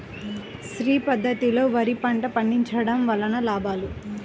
శ్రీ పద్ధతిలో వరి పంట పండించడం వలన లాభాలు?